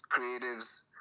creatives